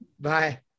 Bye